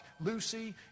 Lucy